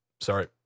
sorry